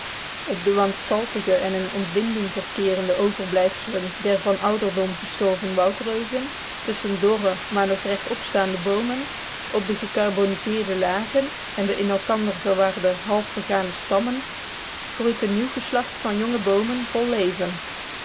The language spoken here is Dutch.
op de wanstaltige en in ontbinding verkeerende overblijfselen der van ouderdom gestorven woudreuzen tusschen dorre maar nog rechtop staande boomen op de gecarboniseerde lagen en de in elkander verwarde halfvergane stammen groeit een nieuw geslacht van jonge boomen vol leven